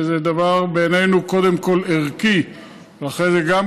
שזה בעינינו דבר שהוא קודם כול ערכי ואחרי זה גם